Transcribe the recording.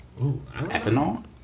ethanol